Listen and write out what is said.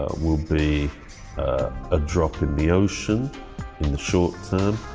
ah will be a drop in the ocean in a short term.